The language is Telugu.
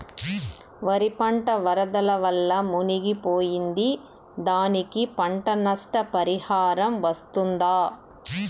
వరి పంట వరదల వల్ల మునిగి పోయింది, దానికి పంట నష్ట పరిహారం వస్తుందా?